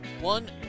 one